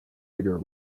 bigger